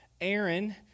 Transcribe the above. Aaron